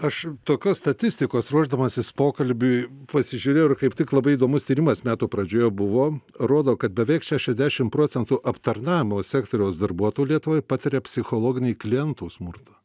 aš tokios statistikos ruošdamasis pokalbiui pasižiūrėjau ir kaip tik labai įdomus tyrimas metų pradžioje buvo rodo kad beveik šešiasdešimt procentų aptarnavimo sektoriaus darbuotojų lietuvoj patiria psichologinį klientų smurtą